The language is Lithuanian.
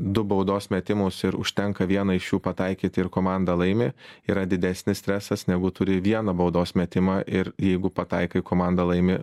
du baudos metimus ir užtenka vieną iš jų pataikyti ir komanda laimi yra didesnis stresas negu turi vieną baudos metimą ir jeigu pataikai komanda laimi